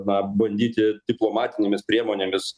na bandyti diplomatinėmis priemonėmis